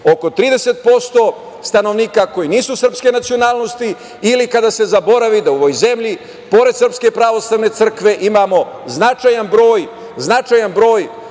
oko 30% stanovnika koji nisu srpske nacionalnosti ili kada se zaboravi da u ovoj zemlji pored srpske pravoslavne crkve imamo značajan broj tradicionalnih